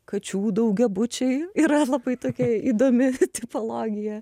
kačių daugiabučiai yra labai tokia įdomi tipologija